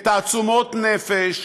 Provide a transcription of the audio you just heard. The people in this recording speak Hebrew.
בתעצומות נפש,